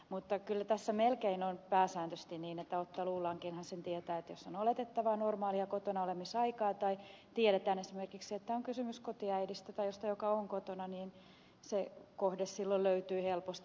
mutta kyllä tässä melkein on pääsääntöisesti niin otsaluullaankinhan sen tietää että jos on oletettavaa normaalia kotonaolemisaikaa tai tiedetään esimerkiksi että on kysymys kotiäidistä tai jostakusta muusta joka on kotona niin se kohde silloin löytyy helposti